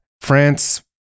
France